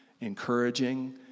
encouraging